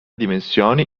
dimensioni